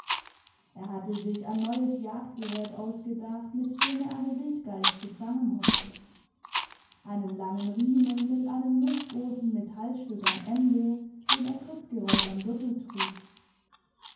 er hatte sich ein neues jagdgerät ausgedacht mit dem er eine wildgeiß zu fangen hoffte einen langen riemen mit einem nußgroßen metallstück am ende den er kurzgerollt am gürtel trug